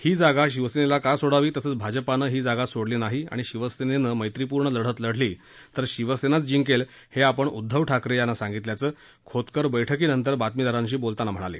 ही जागा शिवसेनेला का सोडावी तसंच भाजपानं ही जागा सोडली नाही आणि शिवसेनेनं मैत्रिपूर्ण लढत लढली तर शिवसेनाच जिंकेल हे आपण उद्दव ठाकरे यांना सांगितल्याचं खोतकर बैठकीनंतर बातमीदारांशी बोलताना म्हणाले